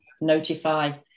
notify